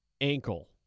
ankle